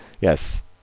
yes